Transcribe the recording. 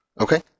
Okay